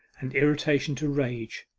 and irritation to rage.